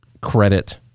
credit